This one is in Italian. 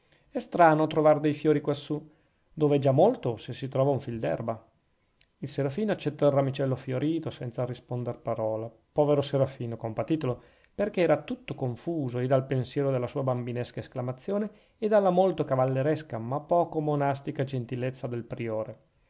è strano trovar de fiori quassù dove è già molto se si trova un fil d'erba il serafino accettò il ramicello fiorito senza risponder parola povero serafino compatitelo perchè era tutto confuso e dal pensiero della sua bambinesca esclamazione e dalla molto cavalleresca ma poco monastica gentilezza del priore